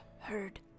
Heard